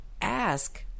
ask